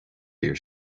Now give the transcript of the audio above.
fíor